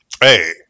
Hey